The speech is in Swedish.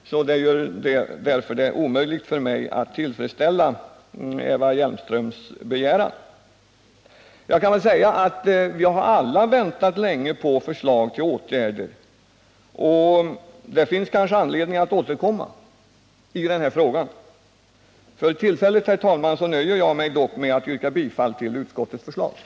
Därför är det omöjligt för mig att tillfredsställa Eva Hjelmströms begäran. Vi har alla väntat på förslag till åtgärder, och det finns kanske anledning att återkomma i den här frågan. Herr talman! För tillfället nöjer jag mig dock med att yrka bifall till utskottets hemställan.